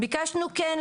ביקשנו כן,